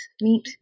meat